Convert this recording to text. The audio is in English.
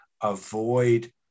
avoid